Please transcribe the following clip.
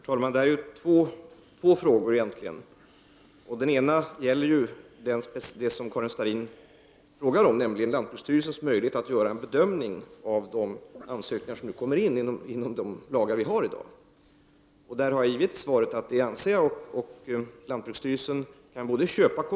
Herr talman! Det här är egentligen två frågor. Den ena gäller det som Karin Starrin frågat om, nämligen lantbruksstyrelsens möjlighet att göra en bedömning av de ansökningar som nu kommer in inom ramen för de lagar som vi i dag har. Där har jag givit svaret att jag anser att lantbruksstyrelsen har den möjligheten.